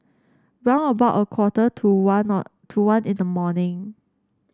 round about a quarter to one of to one in the morning